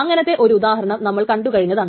അങ്ങനത്തെ ഒരു ഉദാഹരണം നമ്മൾ കണ്ടു കഴിഞ്ഞതാണ്